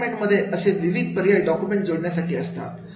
assignment मध्ये असे विविध पर्याय डॉक्युमेंट जोडण्यासाठी असतात